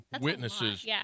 witnesses